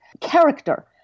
character